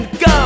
go